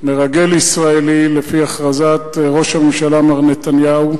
מרגל ישראלי, לפי הכרזת ראש הממשלה מר נתניהו,